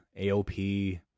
AOP